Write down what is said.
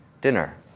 dinner